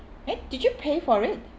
eh did you pay for it